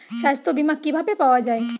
সাস্থ্য বিমা কি ভাবে পাওয়া যায়?